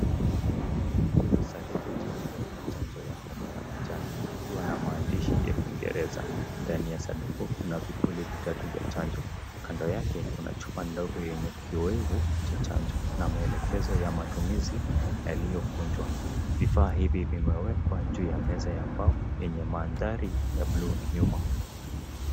Saduku jeupe la chanjo ya homa ya manjano ikiwa na maandishi ya kiingereza ndani ya sanduku kuna vipuli vitatu vya chanjo kando yake kuna chuma ndogo yenye kiwevu cha chanjo na maelekezo yamatumizi yaliyo kunjwa vifaa hivi vimewekwa juu ya meza ya mbao yenye maandhari ya blue nyuma